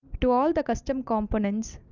to all the custom components,